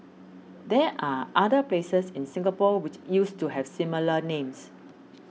there are other places in Singapore which used to have similar names